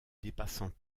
dépassant